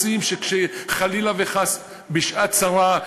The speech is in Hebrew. רוצים שחלילה וחס בשעת צרה,